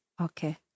Okay